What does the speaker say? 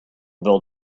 build